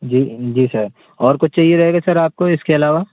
जी जी सर और कुछ चाहिए रहेगा सर आपको इसके अलावा